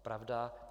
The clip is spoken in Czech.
Pravda